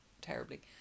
terribly